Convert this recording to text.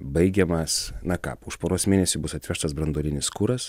baigiamas na ką už poros mėnesių bus atvežtas branduolinis kuras